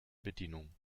bedienung